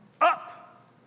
up